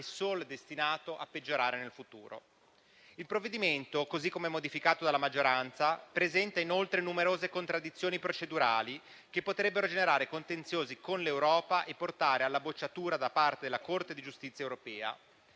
solo destinato a peggiorare nel futuro. Il provvedimento, così come modificato dalla maggioranza, presenta inoltre numerose contraddizioni procedurali che potrebbero generare contenziosi con l'Europa e portare alla bocciatura da parte della Corte di giustizia europea.